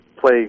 play